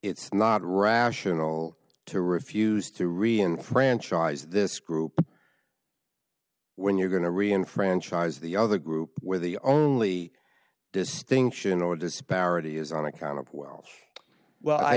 it's not rational to refuse to reinforce this group when you're going to re enfranchise the other group where the only distinction or disparity is on account of welsh well i